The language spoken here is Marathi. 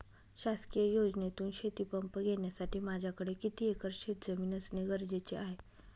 शासकीय योजनेतून शेतीपंप घेण्यासाठी माझ्याकडे किती एकर शेतजमीन असणे गरजेचे आहे?